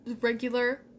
regular